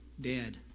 dead